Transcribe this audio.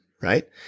right